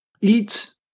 eat